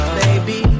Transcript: baby